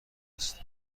است